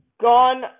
Gone